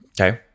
Okay